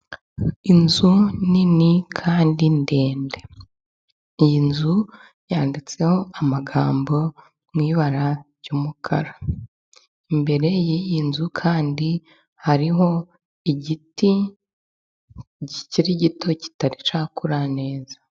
Inzu nini kandi ndende, iyi nzu yanditseho amagambo mu ibara ry'umukara, imbere yiyi nzu kandi hariho igiti kikiri gito kitari cyakura neza.